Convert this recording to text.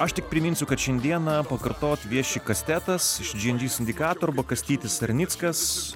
aš tik priminsiu kad šiandieną pakartot vieši kastetas iš džy en džy sindikato arba kastytis sarnickas